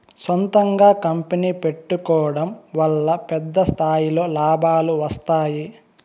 సొంతంగా కంపెనీ పెట్టుకోడం వల్ల పెద్ద స్థాయిలో లాభాలు వస్తాయి